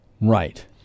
Right